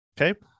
Okay